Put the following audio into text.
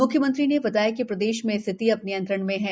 मुख्यमंत्री ने बताया कि प्रदेश में स्थिति अब नियंत्रण में है